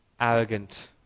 arrogant